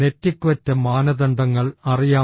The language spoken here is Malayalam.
നെറ്റിക്വറ്റ് മാനദണ്ഡങ്ങൾ അറിയാം